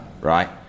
right